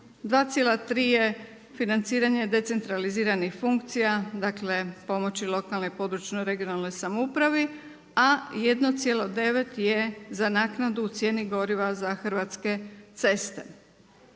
2,3 financiranje decentraliziranih funkcija dakle pomoći lokalnoj, područnoj i regionalnoj samoupravi, a 1,9 za naknadu u cijeni goriva za Hrvatske ceste.